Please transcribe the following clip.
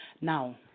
Now